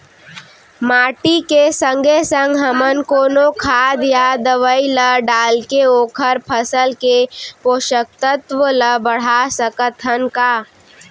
माटी के संगे संग हमन कोनो खाद या दवई ल डालके ओखर फसल के पोषकतत्त्व ल बढ़ा सकथन का?